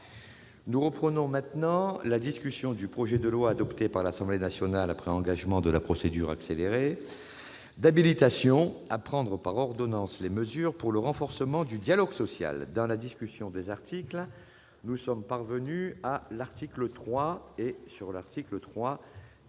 Nous reprenons la discussion du projet de loi, adopté par l'Assemblée nationale après engagement de la procédure accélérée, d'habilitation à prendre par ordonnances les mesures pour le renforcement du dialogue social. Dans la discussion du texte de la commission, nous en sommes parvenus à l'article 3. La parole